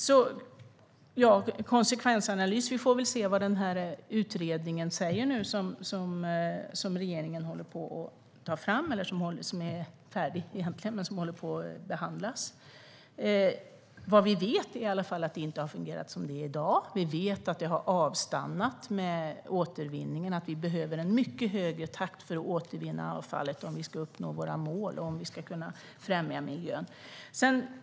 När det gäller konsekvensanalys får vi väl se vad utredningen, som egentligen är färdig men som håller på att behandlas, säger. Det vi vet är i alla fall att det inte har fungerat som det är i dag. Vi vet att återvinningen har avstannat och att vi behöver en mycket högre takt i återvinningen av avfallet om vi ska uppnå våra mål och främja miljön.